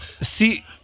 See